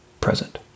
present